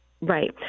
Right